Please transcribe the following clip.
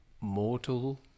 mortal